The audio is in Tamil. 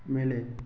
மேலே